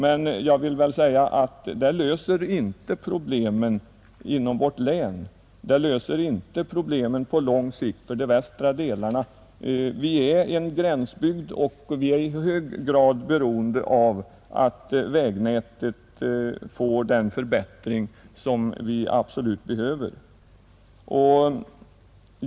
Men jag vill säga att detta löser inte problemen på lång sikt för de västra delarna av vårt län, Vi är en gränsbygd, och vi är i hög grad beroende av att vägnätet får en absolut nödvändig förbättring.